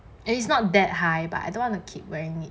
it's not that high but I don't want to keep wearing it